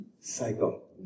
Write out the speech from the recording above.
cycle